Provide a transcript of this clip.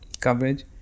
coverage